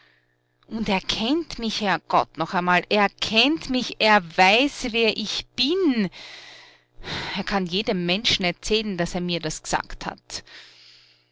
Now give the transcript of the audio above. und er kennt mich herrgott noch einmal er kennt mich er weiß wer ich bin er kann jedem menschen erzählen daß er mir das g'sagt hat